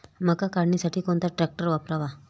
मका काढणीसाठी कोणता ट्रॅक्टर वापरावा?